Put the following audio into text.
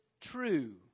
true